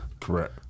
Correct